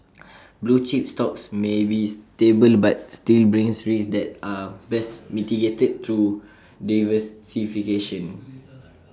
blue chip stocks may be stable but still brings risks that are best mitigated through diversification